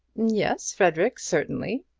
yes, frederic, certainly.